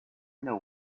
know